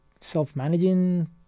self-managing